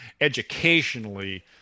educationally